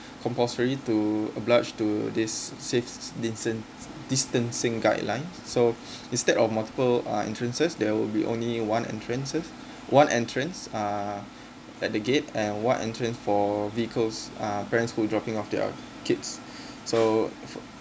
compulsory to oblige to this safe distance distancing guideline so instead of multiple uh entrances there will be only one entrances one entrance are at the gate and one entrance for vehicles uh parents who dropping off their kids so